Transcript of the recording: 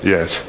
Yes